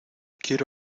quiero